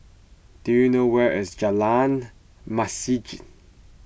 do you know where is Jalan Masjid